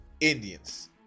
indians